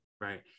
Right